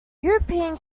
european